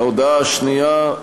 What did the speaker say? ההודעה השנייה,